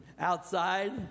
outside